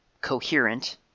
coherent